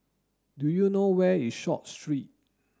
do you know where is Short Street